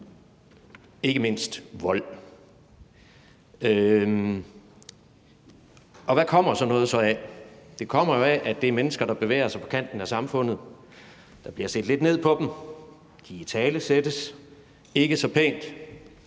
ikke mindst vold. Og hvad kommer sådan noget så af? Det kommer jo af, at det er mennesker, der bevæger sig på kanten af samfundet, der bliver set lidt ned på dem, de italesættes ikke så pænt,